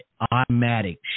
automatic